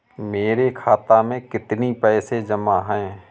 मेरे खाता में कितनी पैसे जमा हैं?